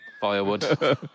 firewood